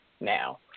now